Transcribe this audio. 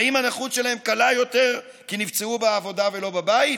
האם הנכות שלהם קלה יותר כי נפצעו בעבודה ולא בבית?